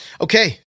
Okay